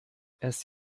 erst